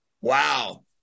Wow